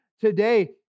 today